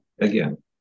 again